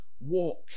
walk